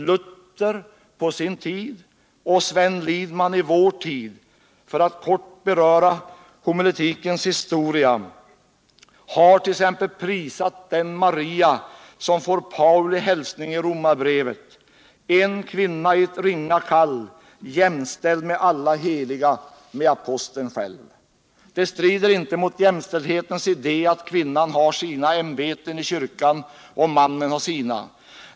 Luther på sin tid och Sven Lidman i vår tid — för att kort beröra homiletikens historia — har t.ex. prisat den Maria som får Pauli hälsning i Romarbrevet, en kvinna i ett ringa kall jämställd med alla heliga, med aposteln själv! Det strider inte mot jämställdhetens idé att kvinnan har sina ämbeten i kyrkan och mannen sina.